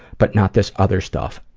but not this other stuff.